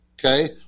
Okay